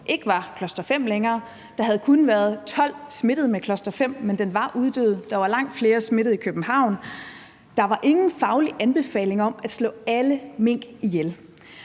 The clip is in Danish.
ikke var cluster-5 længere; der havde kun været 12 smittede med cluster-5, og den var uddød, der var langt flere smittede i København, og der var ingen faglig anbefaling om at slå alle mink ihjel.